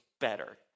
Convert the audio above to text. better